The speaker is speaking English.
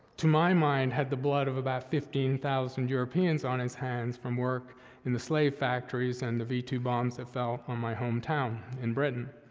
to my mind had the blood of about fifteen thousand europeans on his hands from work in the slave factories and the v two bombs that fell on my hometown in britain,